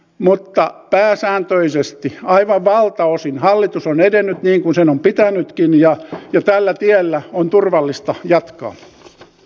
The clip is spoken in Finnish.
mutta pääsääntöisesti aivan valtaosin hallitus on edennyt niin kuin sen on pitänytkin ja tällä tiellä on turvallista jatkaa